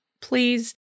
please